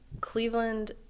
Cleveland